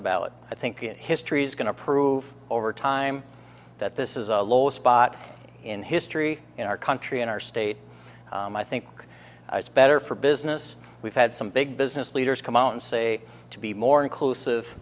the ballot i think that history is going to prove over time that this is a low spot in history in our country in our state and i think it's better for business we've had some big business leaders come out and say to be more inclusive